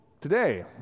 today